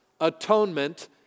atonement